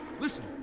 Listen